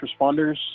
responders